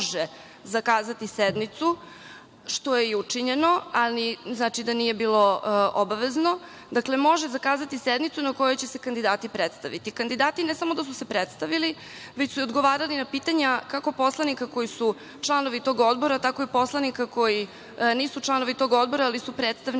može zakazati sednicu, što je i učinjeno, ali znači da nije bilo obavezno. Dakle, može zakazati sednicu na kojoj će se kandidati predstaviti. Kandidati ne samo da su se predstavili, već su i odgovarali na pitanja kako poslanika koji su članovi tog odbora, tako i poslanika koji nisu članovi tog odbora ali su predstavnici